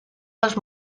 les